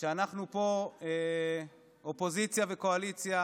שאנחנו פה זה אופוזיציה וקואליציה